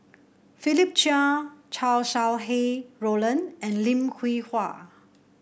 Philip Chia Chow Sau Hai Roland and Lim Hwee Hua